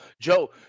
Joe